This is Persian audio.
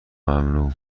ممنوع